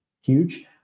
huge